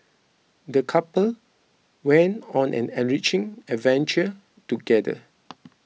the couple went on an enriching adventure together